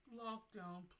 lockdown